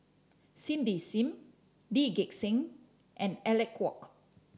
Cindy Sim Lee Gek Seng and Alec Kuok